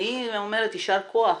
אני אומרת יישר כוח,